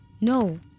No